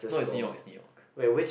no is Neo is neo